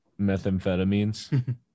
methamphetamines